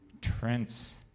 Trent's